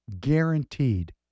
guaranteed